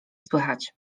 słychać